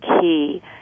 key